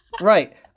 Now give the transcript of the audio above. Right